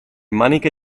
maniche